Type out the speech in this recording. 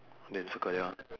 then circle ya